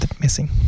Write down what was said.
missing